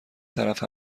طرف